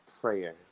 prayer